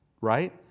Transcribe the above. Right